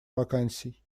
вакансий